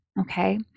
Okay